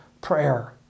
prayer